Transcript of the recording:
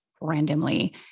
randomly